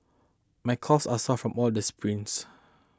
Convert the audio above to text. my calves are sore from all this sprints